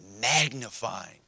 magnifying